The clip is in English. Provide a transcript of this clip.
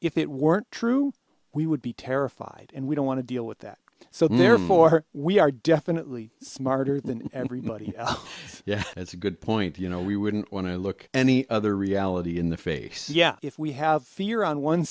if it weren't true we would be terrified and we don't want to deal with that so therefore we are definitely smarter than everybody yeah as a good point you know we wouldn't want to look any other reality in the face yeah if we have fear on one